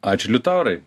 ačiū liutaurai